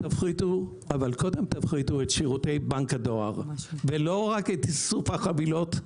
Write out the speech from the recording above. אבל קודם תפריטו את שירותי בנק הדואר ולא רק את איסוף החבילות.